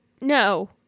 No